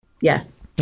Yes